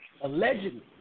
Allegedly